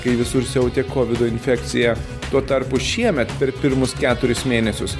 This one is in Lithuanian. kai visur siautė kovido infekcija tuo tarpu šiemet per pirmus keturis mėnesius